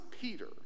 Peter